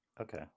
Okay